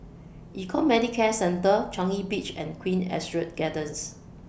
Econ Medicare Centre Changi Beach and Queen Astrid Gardens